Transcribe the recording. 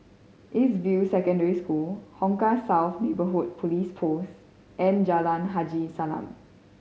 East View Secondary School Hong Kah South Neighbourhood Police Post and Jalan Haji Salam